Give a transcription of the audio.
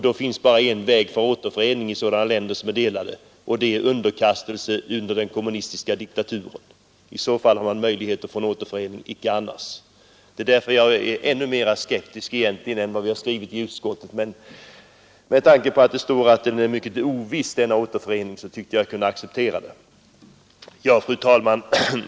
Då finns bara en väg till återförening i sådana länder som är delade, och det är underkastelse under den kommunistiska diktaturen. I så fall finns det en möjlighet till återförening, icke annars. Det är därför jag egentligen är ännu mera skeptisk än vad som framgår av utskottsbetänkandet, men med tanke på att det står att återföreningen är mycket oviss tyckte jag att jag kunde acceptera skrivningen där. Fru talman!